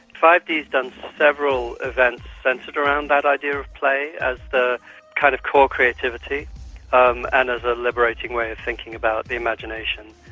five d has done several events centred around that idea of play as the kind of core creativity um and as a liberating way of thinking about the imagination.